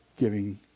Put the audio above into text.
giving